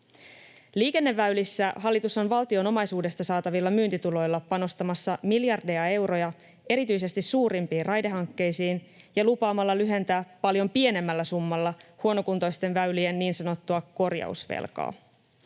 Liikenneväylissä hallitus on valtion omaisuudesta saatavilla myyntituloilla panostamassa miljardeja euroja erityisesti suurimpiin raidehankkeisiin ja lupaamalla lyhentää paljon pienemmällä summalla huonokuntoisten väylien niin sanottua korjausvelkaa.